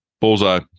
Bullseye